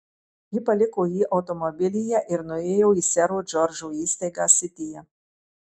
ji paliko jį automobilyje ir nuėjo į sero džordžo įstaigą sityje